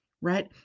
Right